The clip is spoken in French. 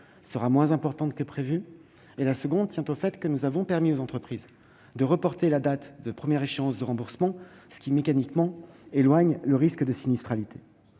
sera moins importante que prévu. D'autre part, nous avons permis aux entreprises de reporter la date de première échéance de remboursement, ce qui éloigne mécaniquement le risque de sinistralité.